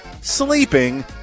sleeping